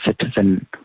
citizen